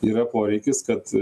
yra poreikis kad